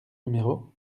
numéro